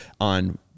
on